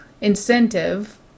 incentive